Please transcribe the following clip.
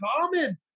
common